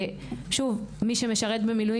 מי שמשרת במילואים